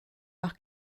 leur